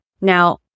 Now